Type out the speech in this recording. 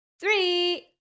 three